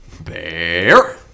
bear